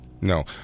No